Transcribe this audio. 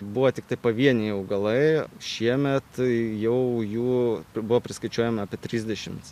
buvo tiktai pavieniai augalai šiemet jau jų buvo priskaičiuojama apie trisdešimt